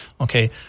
Okay